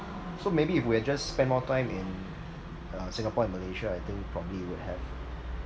so maybe if we had just spent more time in uh Singapore and Malaysia I think probably would have